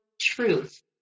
truth